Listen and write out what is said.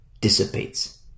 dissipates